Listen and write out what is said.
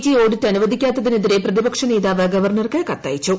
G audit ന് അനുവദിക്കാത്തിനെതിർ പ്രതിപക്ഷനേതാവ് ഗവർണർക്ക് കത്തയച്ചു